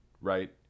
right